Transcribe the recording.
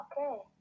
okay